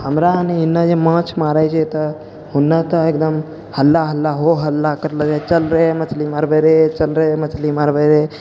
हमरा एन्नी एन्ने जे माछ मारै छै तऽ हुन्ने तऽ एकदम हल्ला हल्ला हो हल्ला करलऽ जाइ छै चलरे मछली मारबै रे चल रे मछली मारबै रे